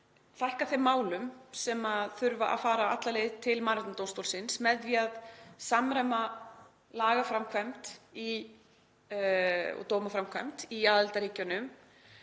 fækka þeim málum sem þurfa að fara alla leið til Mannréttindadómstólsins með því að samræma lagaframkvæmd og dómaframkvæmd í aðildarríkjunum